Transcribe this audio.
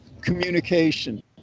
communication